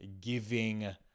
giving